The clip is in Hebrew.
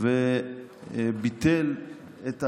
וביטל את ההגבלות,